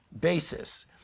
basis